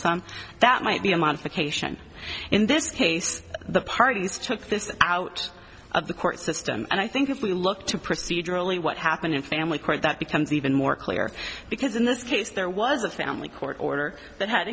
sum that might be a modification in this case the parties took this out of the court system and i think if we look to procedurally what happened in family court that becomes even more clear because in this case there was a family court order that had